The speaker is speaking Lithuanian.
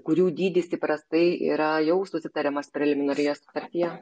kurių dydis įprastai yra jau susitariamas preliminarioje sutartyje